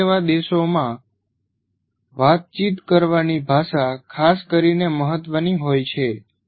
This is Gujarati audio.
ભારત જેવા દેશોમાં વાતચીત કરવાની ભાષા ખાસ કરીને મહત્વની હોય છે